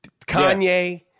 Kanye